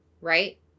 right